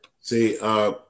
See